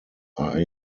are